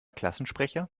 klassensprecher